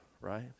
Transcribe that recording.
right